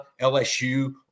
LSU